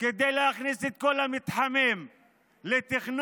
כדי להכניס את כל המתחמים לתכנון,